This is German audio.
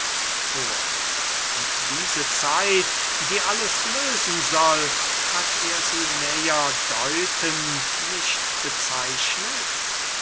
und diese zeit die alles lösen soll hat er sie näher deutend nicht bezeichnet